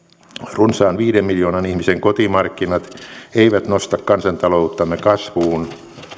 runsaan viiden miljoonan ihmisen kotimarkkinat eivät nosta kansantalouttamme kasvuun